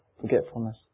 forgetfulness